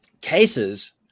Cases